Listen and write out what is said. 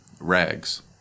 rags